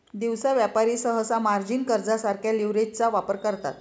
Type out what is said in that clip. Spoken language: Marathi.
दिवसा व्यापारी सहसा मार्जिन कर्जासारख्या लीव्हरेजचा वापर करतात